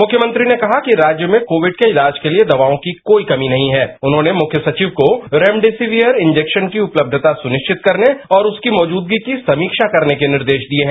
मुख्यमंत्री ने कहा है कि राज्य में र्काविड के इलाज के लिए दवाओं की कोई कभी नहीं है उन्होंने मुख्य सचिव को रेमबोसिवियर इंसेक्शन की उपलब्धता सुनिश्चित करने और उसकी मौजूदगी की समीक्षा करने के निर्देश रिए हैं